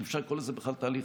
אם אפשר לקרוא לזה בכלל תהליך,